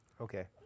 Okay